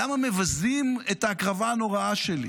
למה מבזים את ההקרבה הנוראה שלי?